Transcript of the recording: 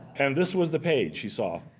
and this was the page he saw.